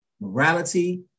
morality